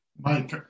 Mike